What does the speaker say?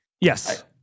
Yes